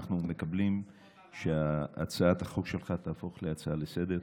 אנחנו מקבלים שהצעת החוק שלך תהפוך להצעה לסדר-היום.